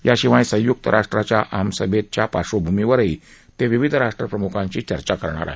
याशिवाय संयुक्त राष्ट्राच्या आमसभेतच्या पार्श्वभूमीवर ते विविध राष्ट्रप्रमुखांशाही चर्चा करणार आहेत